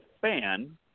fan